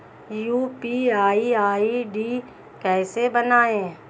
UPI ID कैसे बनाएं?